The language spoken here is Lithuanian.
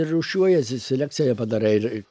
rūšiuojasi selekciją padarai ir